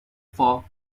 for